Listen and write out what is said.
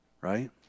Right